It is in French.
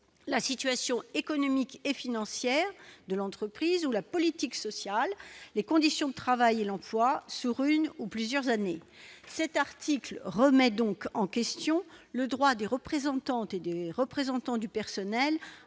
la situation économique et financière de l'entreprise ou la politique sociale, les conditions de travail et l'emploi, sur une ou plusieurs années c'est article remet donc en question le droit des représentantes et des représentants du personnel